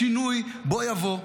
השינוי בוא יבוא.